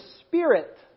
Spirit